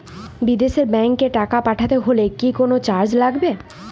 বিদেশের ব্যাংক এ টাকা পাঠাতে হলে কি কোনো চার্জ লাগবে?